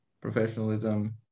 professionalism